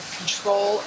control